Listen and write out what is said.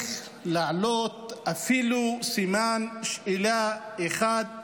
צריך לעלות אפילו סימן שאלה אחד,